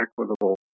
equitable